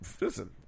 Listen